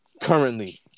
Currently